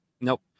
Nope